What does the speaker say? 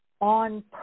on